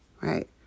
right